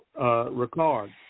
Ricard